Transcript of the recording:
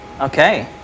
Okay